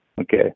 Okay